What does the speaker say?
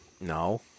No